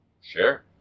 Sure